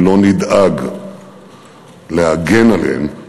אם לא נדאג להגן עליהם,